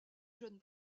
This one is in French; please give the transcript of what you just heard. jeune